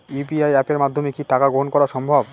UPI অ্যাপের মাধ্যমে কি টাকা গ্রহণ করাও সম্ভব?